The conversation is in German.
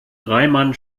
reimann